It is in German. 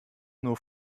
nur